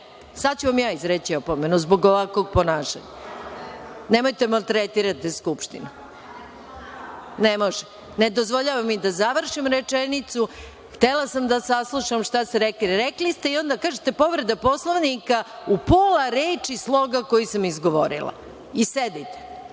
Sad ću vam ja izreći opomenu zbog ovakvog ponašanja. Nemojte da maltretirate Skupštinu. Ne dozvoljavate ni da završim rečenicu. Htela sam da saslušam, šta ste rekli, rekli ste i onda kažete – povreda Poslovnika, u pola reči sloga koji sam izgovorila. Sedite.